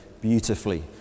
beautifully